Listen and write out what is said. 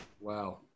Wow